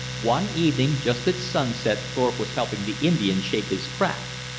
one evening just at sunset thorpe was helping the indian shape his craft.